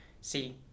see